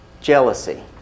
Jealousy